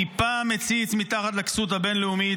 טיפה מציץ מתחת לכסות הבין-לאומית,